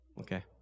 Okay